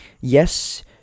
Yes